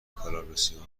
کالیبراسیون